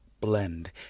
Blend